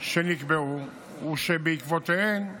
שנקבעו ושבעקבותיהן,